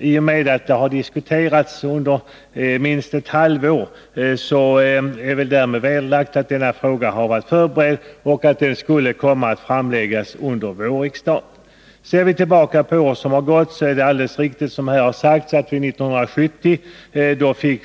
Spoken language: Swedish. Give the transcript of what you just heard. I och med att frågan har diskuterats minst ett halvår, så är det vederlagt att frågan har varit förberedd och att den skulle komma att framläggas under våren. Ser vi tillbaka till åren som har gått finner vi att det är alldeles riktigt som har sagts att vi år 1970 fick